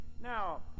Now